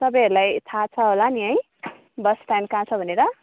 तपाईँहरूलाई थाह छ होला नि है बस स्ट्यान्ड कहाँ छ भनेर